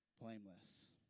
blameless